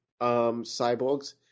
cyborgs